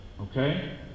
Okay